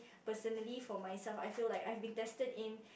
personally for myself I feel like I have been tested in